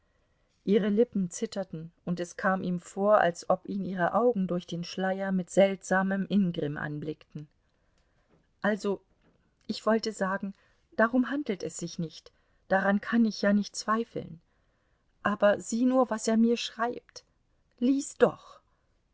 ihre lippen zitterten und es kam ihm vor als ob ihn ihre augen durch den schleier mit seltsamem ingrimm anblickten also ich wollte sagen darum handelt es sich nicht daran kann ich ja nicht zweifeln aber sieh nur was er mir schreibt lies doch